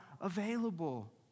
available